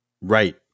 Right